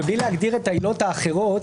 ובלי להגדיר את העילות האחרות,